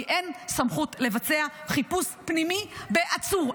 כי אין סמכות לבצע חיפוש פנימי בעצור.